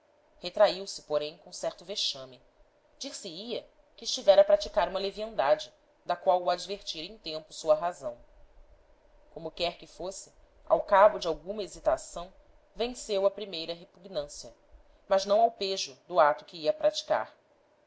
mascate retraiu se porém com certo vexame dir-se-ia que estivera a praticar uma leviandade da qual o advertira em tempo sua razão como quer que fosse ao cabo de alguma hesitação venceu a primeira repugnância mas não ao pejo do ato que ia praticar